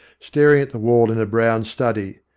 staring at the wall in a brown study.